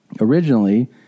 Originally